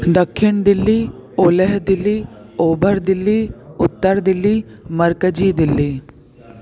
ॾखिण दिल्ली ओलह दिल्ली ओभर दिल्ली उत्तर दिल्ली मर्कजी दिल्ली